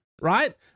right